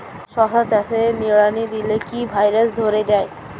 শশা চাষে নিড়ানি দিলে কি ভাইরাস ধরে যায়?